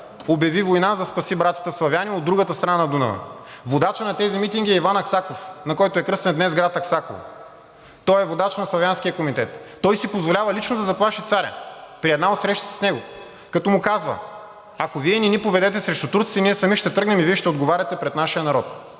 обяви война, за да спаси братята славяни от другата страна на Дунава. Водачът на тези митинги е Иван Аксаков, на който е кръстен днес град Аксаково, той е водач на Славянския комитет. Той си позволява лично да заплаши царя при една от срещите си с него, като му казва: „Ако Вие не ни поведете срещу турците, ние сами ще тръгнем и Вие ще отговаряте пред нашия народ.“